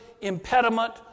impediment